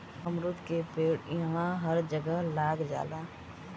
अमरूद के पेड़ इहवां हर जगह लाग जाला